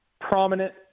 prominent